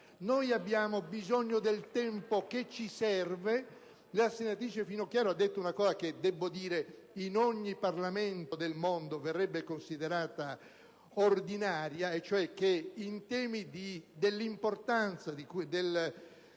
Noi abbiamo bisogno del tempo che ci serve. La senatrice Finocchiaro ha detto una cosa che in ogni Parlamento del mondo verrebbe considerata ordinaria, cioè che su temi dell'importanza